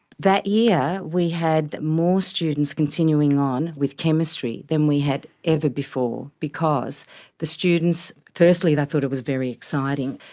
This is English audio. that year we had more students continuing on with chemistry then we had ever before because the students, firstly they thought it was very exciting,